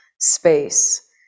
space